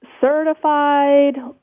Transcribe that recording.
certified